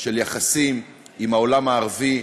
של יחסים עם העולם הערבי,